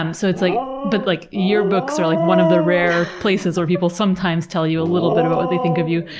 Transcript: um so like but, like, yearbooks are like one of the rare places where people sometimes tell you a little bit about what they think of you.